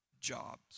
jobs